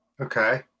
Okay